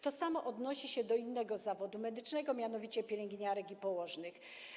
To samo odnosi się do innego zawodu medycznego, mianowicie do pielęgniarek i położnych.